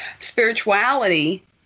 Spirituality